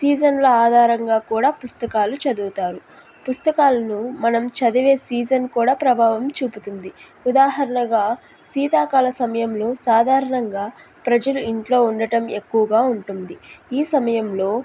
సీజన్ల ఆధారంగా కూడా పుస్తకాలు చదువుతారు పుస్తకాలను మనం చదివే సీజన్ కూడా ప్రభావం చూపుతుంది ఉదాహరణగా శీతాకాల సమయంలో సాధారణంగా ప్రజలు ఇంట్లో ఉండడం ఎక్కువగా ఉంటుంది ఈ సమయంలో